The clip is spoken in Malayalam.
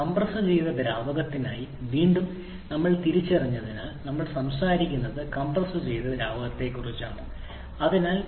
കംപ്രസ്സുചെയ്ത ദ്രാവകത്തിനായി വീണ്ടും ഞങ്ങൾ തിരിച്ചറിഞ്ഞതിനാൽ ഞങ്ങൾ സംസാരിക്കുന്നത് കംപ്രസ്സുചെയ്ത ദ്രാവകത്തെക്കുറിച്ചാണ് അത് വളരെയധികം അപൂർണ്ണമായ അല്ലെങ്കിൽ ഏതാണ്ട് അപലപനീയമാണ്